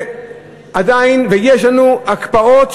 ועדיין יש לנו הקפאות,